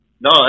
No